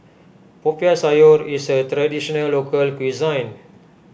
Popiah Sayur is a Traditional Local Cuisine